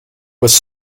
was